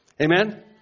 Amen